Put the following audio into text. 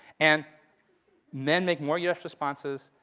and men make more yes responses.